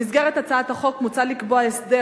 במסגרת הצעת החוק מוצע לקבוע הסדר